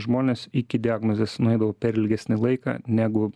žmonės iki diagnozės nueidavo per ilgesnį laiką negu